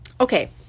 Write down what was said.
Okay